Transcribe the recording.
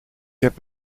heb